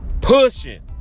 pushing